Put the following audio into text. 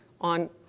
on